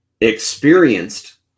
experienced